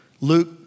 Luke